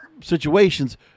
situations